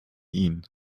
ihn